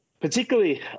particularly